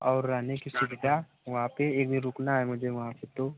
और रहने की सुविधा वहाँ पर एक दिन रुकना है मुझे वहाँ पर तो